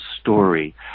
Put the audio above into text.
story